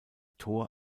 tor